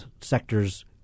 sectors